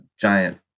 giant